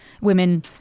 women